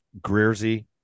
Greerzy